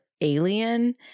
alien